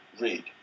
read